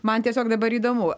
man tiesiog dabar įdomu